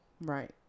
Right